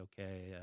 okay